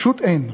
פשוט אין.